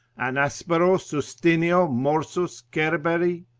an asperos sustineo morsus cerberi?